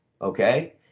okay